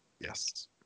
Yes